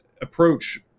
approach